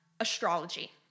Astrology